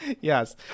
Yes